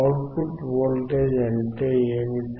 out put voltage అంటే ఏమిటి